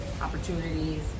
opportunities